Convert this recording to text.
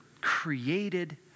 created